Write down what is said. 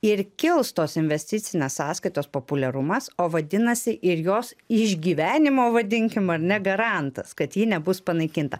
ir kils tos investicinės sąskaitos populiarumas o vadinasi ir jos išgyvenimo vadinkim ar ne garantas kad ji nebus panaikinta